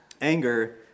Anger